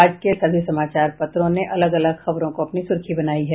आज के सभी समाचार पत्रों ने अलग अलग खबरों को अपनी सुर्खी बनाया है